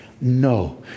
No